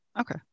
Okay